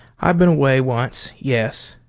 i've been away once yes,